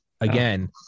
Again